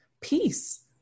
peace